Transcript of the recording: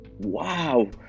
wow